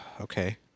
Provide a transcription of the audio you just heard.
Okay